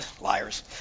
liars